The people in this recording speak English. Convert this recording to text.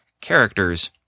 characters